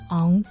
on